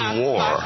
war